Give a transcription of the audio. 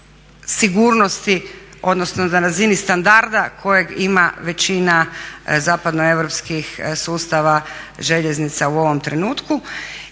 sigurnosti odnosno na razini standarda kojeg ima većina zapadnoeuropskih sustava željeznica u ovom trenutku